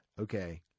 Okay